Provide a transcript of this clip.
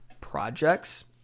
projects